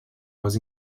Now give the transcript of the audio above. was